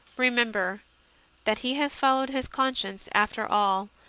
remember that he has followed his conscience after all,